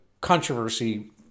controversy